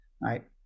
right